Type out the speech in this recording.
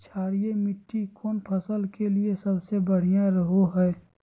क्षारीय मिट्टी कौन फसल के लिए सबसे बढ़िया रहो हय?